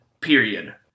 period